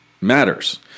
matters